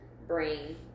bring